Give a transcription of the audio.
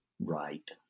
right